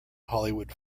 hollywood